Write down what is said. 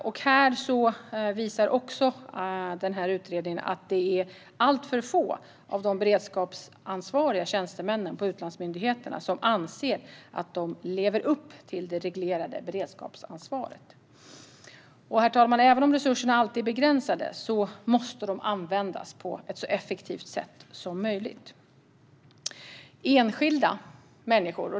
Utredningen visar att det är alltför få av de beredskapsansvariga tjänstemännen på utlandsmyndigheterna som anser att de lever upp till det reglerade beredskapsansvaret. Även om resurserna alltid är begränsade, herr talman, måste de användas på ett så effektivt sätt som möjligt. Det handlar om enskilda människor.